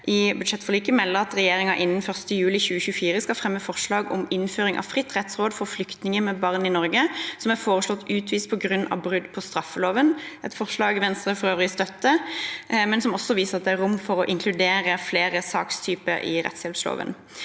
i budsjettforliket melder at regjeringen innen 1. juli 2024 skal fremme forslag om innføring av fritt rettsråd for flyktninger med barn som er foreslått utvist fra Norge på grunn av brudd på straffeloven, et forslag Venstre før øvrig støtter, men som også viser at det er rom for å inkludere flere sakstyper i rettshjelploven.